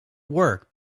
work